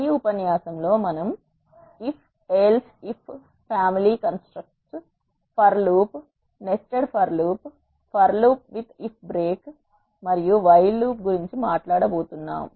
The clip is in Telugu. ఈ ఉపన్యాసంలో మనం if else if family constructs for loop nested for loop for loop with if break మరియు వైల్ లూప్ గురించి మాట్లాడబోతున్నాం